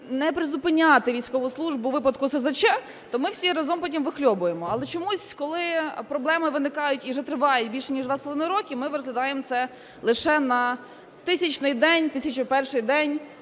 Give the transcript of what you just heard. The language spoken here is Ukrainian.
не призупиняти військову службу у випадку СЗЧ, то ми всі разом потім вихльобуємо. Але чомусь, коли проблеми виникають і вже тривають більше ніж два з половиною року, ми розглядаємо це лише на тисячний день, тисячу перший день